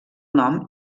nom